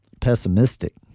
pessimistic